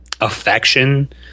affection